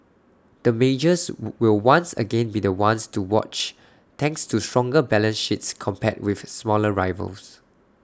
the majors would will once again be the ones to watch thanks to stronger balance sheets compared with smaller rivals